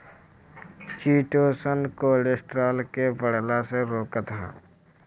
chitosan cholesterol के बढ़ला से रोकत हअ